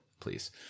please